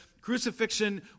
Crucifixion